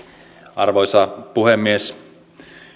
arvoisa puhemies